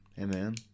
Amen